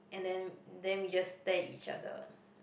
and then then we just stare each other